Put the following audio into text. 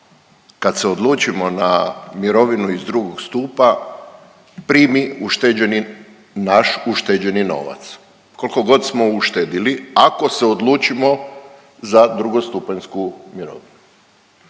kad se odlučimo na mirovinu iz drugog stupa primi ušteđeni, naš ušteđeni novac koliko god smo uštedili ako se odlučimo za drugostupanjsku mirovinu.